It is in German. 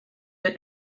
der